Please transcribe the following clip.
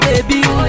baby